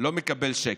לא מקבל שקל,